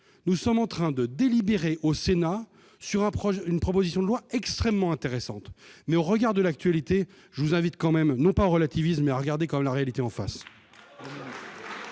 nous sommes en train de délibérer au Sénat, sur un projet, une proposition de loi extrêmement intéressante mais au regard de l'actualité, je vous invite quand même non pas relativise mais regardez comme la réalité en face.